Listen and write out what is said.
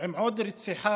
עם עוד רציחה